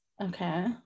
Okay